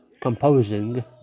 composing